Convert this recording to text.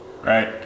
Right